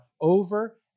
over